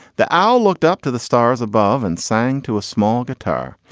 the owl looked up to the stars above and sang to a small guitar.